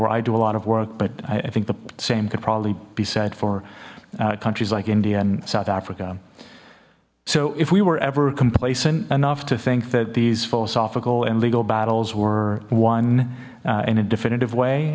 where i do a lot of work but i think the same could probably be said for countries like india and south africa so if we were ever complacent enough to think that these philosophical and legal battles were won in a definitive way